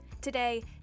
Today